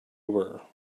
were